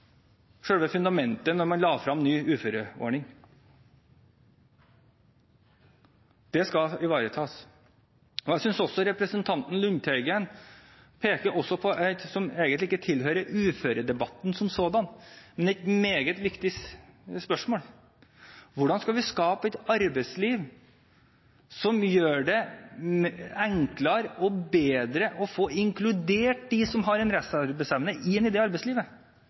fundamentet da man la frem ny uføreordning. Det skal ivaretas. Jeg synes også det som representanten Lundteigen pekte på, og som egentlig ikke tilhører uføredebatten som sådan, er et meget viktig spørsmål: Hvordan skal vi skape et arbeidsliv som gjør det enklere og bedre å få inkludert dem som har en restarbeidsevne, i det arbeidslivet?